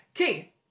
Okay